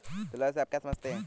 जलवायु से आप क्या समझते हैं?